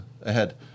ahead